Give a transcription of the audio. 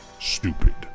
Stupid